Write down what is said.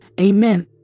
Amen